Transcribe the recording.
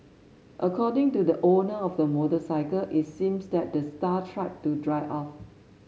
according to the owner of the motorcycle it seemed that the star tried to drive off